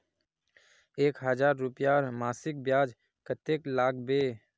एक हजार रूपयार मासिक ब्याज कतेक लागबे?